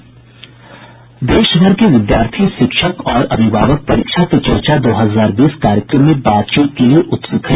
देशभर के विद्यार्थी शिक्षक और अभिभावक परीक्षा पे चर्चा दो हजार बीस कार्यक्रम में बातचीत के लिए उत्सुक हैं